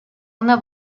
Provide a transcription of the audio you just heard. una